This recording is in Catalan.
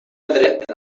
dret